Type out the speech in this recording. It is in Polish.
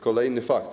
Kolejny fakt.